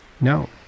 No